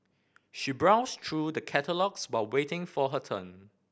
she browsed through the catalogues while waiting for her turn